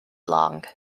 long